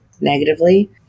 negatively